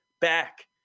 back